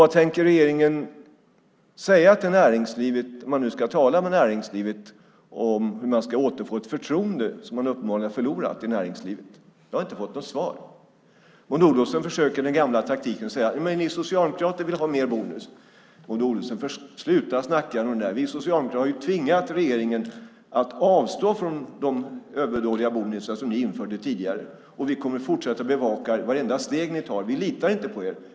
Vad tänker regeringen säga till näringslivet för att återfå det förtroende som man uppenbarligen har förlorat? Jag har inte fått något svar. Maud Olofsson försöker med den gamla taktiken att vi socialdemokrater vill ha mer bonus. Maud Olofsson får sluta snacka om det. Vi socialdemokrater har tvingat regeringen att avstå från de överdådiga bonusar som ni införde tidigare. Vi kommer att fortsätta att bevaka vartenda steg ni tar. Vi litar inte på er.